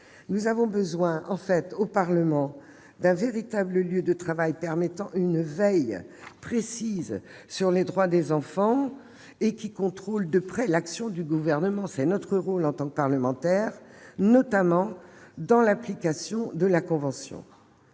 Nous avons besoin au Parlement d'un véritable cadre de travail permettant une veille précise sur les droits des enfants et un contrôle de l'action du Gouvernement- c'est notre rôle de parlementaires -, notamment dans l'application de la convention.